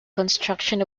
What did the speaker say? construction